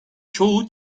çoğu